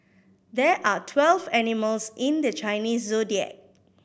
there are twelve animals in the Chinese Zodiac